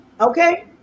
okay